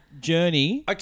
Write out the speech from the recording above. Journey